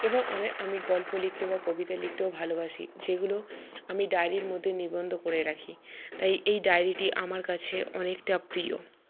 এবং অনেক আমি গল্প লিখতে বা কবিতা লিখতেও ভালোবাসি যেইগুলো আমি ডায়রির মধ্যে নিবন্ধ করে রাখি তাই এই ডায়রিটি আমার কাছে অনেকটা প্রিয়